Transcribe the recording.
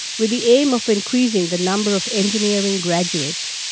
with the aim of increasing the number of engineering graduates.